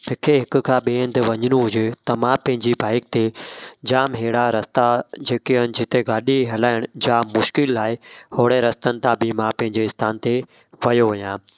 मूंखे हिक खां ॿिए हंधि वञिणो हुजे त मां पंहिंजी बाईक ते जाम अहिड़ा रस्ता जेके आहिनि जिते गाॾी हलाइणु जाम मुश्किलु आहे होड़े रस्तनि था बि मां पंहिंजे स्थान ते वियो आहियां